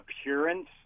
appearance